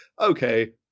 okay